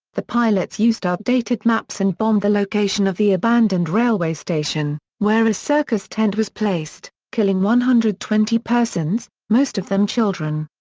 the pilots used outdated maps and bombed the location of the abandoned railway station, where a circus tent was placed, killing one hundred and twenty persons, most of them children.